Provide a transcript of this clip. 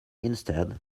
instead